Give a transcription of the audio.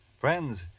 Friends